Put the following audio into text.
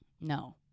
No